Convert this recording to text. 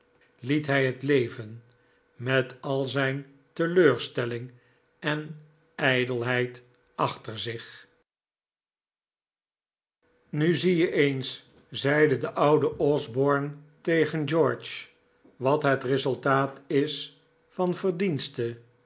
liet hij het leven met al zijn teleurstelling en ijdelheid achter zich nu zie je eens zeide de oude osborne tegen george wat het resultaat is van verdienste